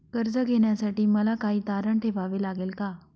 कर्ज घेण्यासाठी मला काही तारण ठेवावे लागेल का?